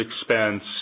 expense